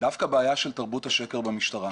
דווקא בעיה של תרבות השקר במשטרה.